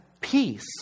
peace